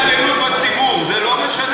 אז מה עם ההתעללות בציבור, זה לא משנה?